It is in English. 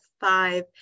five